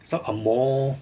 some ang moh